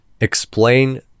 explain